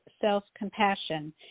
Self-Compassion